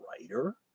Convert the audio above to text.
writer